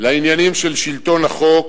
לעניינים של שלטון החוק,